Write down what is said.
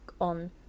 on